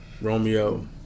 Romeo